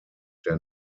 der